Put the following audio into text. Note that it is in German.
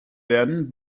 werden